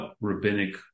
rabbinic